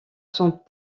sont